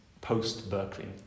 post-Berkeley